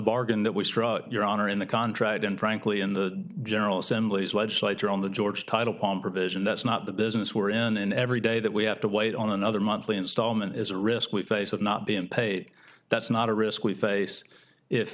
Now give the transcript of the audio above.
struck your honor in the contract and frankly in the general assembly's legislature on the georgia title pom provision that's not the business we're in and every day that we have to wait on another monthly instalment is a risk we face of not being paid that's not a risk we face if